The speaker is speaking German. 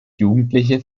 jugendliche